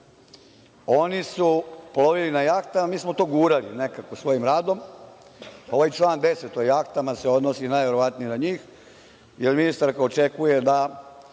Oni su plovili na jahtama, a mi smo to gurali nekako svojim radom. Ovaj član 10. o jahtama se odnosi najverovatnije na njih, jer ministarka očekuje da